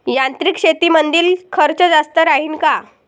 यांत्रिक शेतीमंदील खर्च जास्त राहीन का?